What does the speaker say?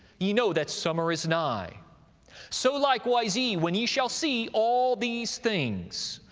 ye know that summer is nigh so likewise ye, when ye shall see all these things,